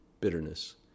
bitterness